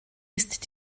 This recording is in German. ist